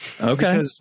Okay